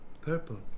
purple